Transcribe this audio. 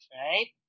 right